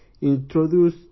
Introduce